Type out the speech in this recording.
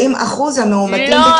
האם אחוז המאומתים בקרבם --- לא,